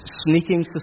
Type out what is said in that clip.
sneaking